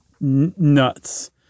nuts